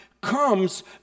comes